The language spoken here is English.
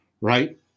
right